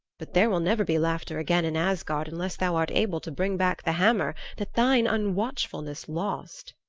but there will never be laughter again in asgard unless thou art able to bring back the hammer that thine unwatchfulness lost.